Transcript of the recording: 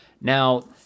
Now